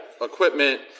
equipment